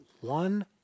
one